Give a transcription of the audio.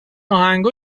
آهنگها